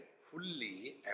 fully